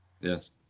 Yes